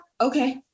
Okay